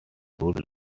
would